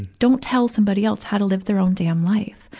don't tell somebody else how to live their own damn life.